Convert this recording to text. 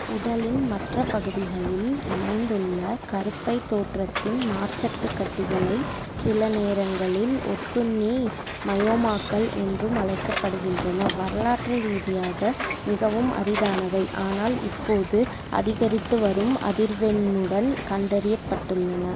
உடலின் மற்ற பகுதிகளில் அமைந்துள்ள கருப்பை தோற்றத்தின் நார்ச் சத்துக் கட்டிகளை சில நேரங்களில் ஒட்டுண்ணி மயோமாக்கள் என்றும் அழைக்கப்படுகின்றன வரலாற்று ரீதியாக மிகவும் அரிதானவை ஆனால் இப்போது அதிகரித்து வரும் அதிர்வெண்ணுடன் கண்டறியப்பட்டுள்ளன